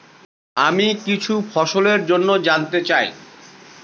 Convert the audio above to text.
আমি কিছু ফসল জন্য জানতে চাই